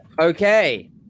Okay